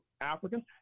Africans